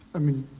i mean,